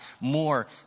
more